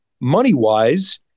money-wise